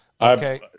Okay